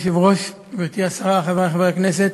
אדוני היושב-ראש, גברתי השרה, חברי חברי הכנסת,